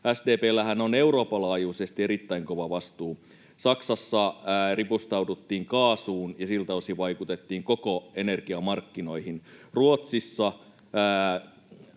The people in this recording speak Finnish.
on Euroopan laajuisesti erittäin kova vastuu. Saksassa ripustauduttiin kaasuun ja siltä osin vaikutettiin koko energiamarkkinoihin. Ruotsissa